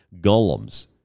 golems